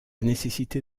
nécessité